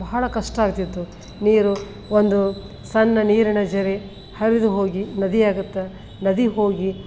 ಬಹಳ ಕಷ್ಟ ಆಗ್ತಿತ್ತು ನೀರು ಒಂದು ಸಣ್ಣ ನೀರಿನ ಝರಿ ಹರಿದು ಹೋಗಿ ನದಿಯಾಗುತ್ತೆ ನದಿ ಹೋಗಿ